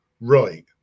right